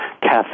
cafe